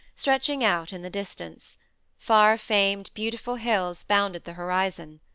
stretching out in the distance far-famed, beautiful hills bounded the horizon.